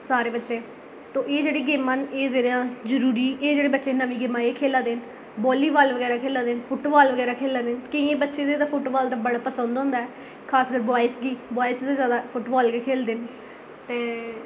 सारे बच्चे तो एह् जेह्ड़ियां गेमां न एह् जेह्ड़ियां जरूरी एह् जेह्ड़े बच्चे नमियां गेमां खेढा दे न वाली बाल बगैर खेल्ला दे न फुट्ट बाल खेढा दे न केइयें बच्चें दे फुट्ट बाल बड़ा पसंद होंदा ऐ खासकर बुआएस गी बुआएस गै जैदा फुट्टबाल खेढदे न ते